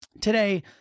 today